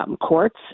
courts